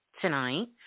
tonight